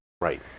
Right